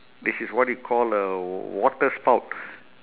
this is what you call a water spout